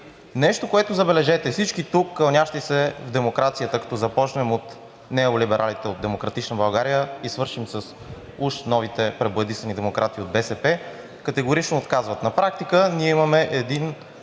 Нещо, което, забележете, всички тук кълнящи се в демокрацията, като започнем от неолибералите от „Демократична България“ и свършим с уж новите пребоядисани демократи от БСП, категорично отказват. На практика